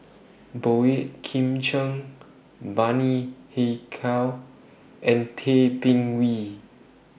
Boey Kim Cheng Bani Haykal and Tay Bin Wee